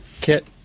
kit